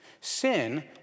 Sin